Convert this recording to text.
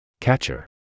Catcher